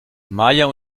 maja